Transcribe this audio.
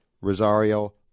Rosario